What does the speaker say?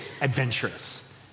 adventurous